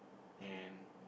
and